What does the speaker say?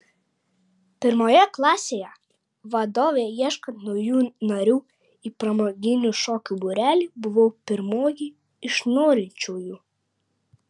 pirmoje klasėje vadovei ieškant naujų narių į pramoginių šokių būrelį buvau pirmoji iš norinčiųjų